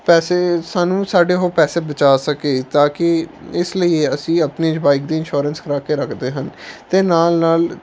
ਪੈਸੇ ਸਾਨੂੰ ਸਾਡੇ ਉਹ ਪੈਸੇ ਬਚਾ ਸਕੇ ਤਾਂ ਕਿ ਇਸ ਲਈ ਅਸੀਂ ਆਪਣੀ ਬਾਇਕ ਦੀ ਇਨਸ਼ੋਰੈਂਸ ਕਰਵਾ ਕੇ ਰੱਖਦੇ ਹਨ ਅਤੇ ਨਾਲ ਨਾਲ